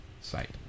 site